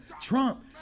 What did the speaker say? Trump